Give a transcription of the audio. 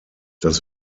das